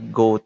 go